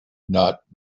not